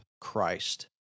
Christ